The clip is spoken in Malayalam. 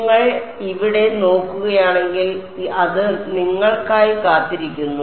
നിങ്ങൾ ഇവിടെ നോക്കുകയാണെങ്കിൽ അത് നിങ്ങൾക്കായി കാത്തിരിക്കുന്നു